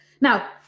Now